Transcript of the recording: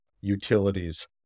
utilities